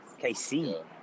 KC